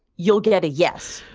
you'll get a yes,